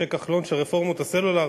משה כחלון של רפורמות הסלולר.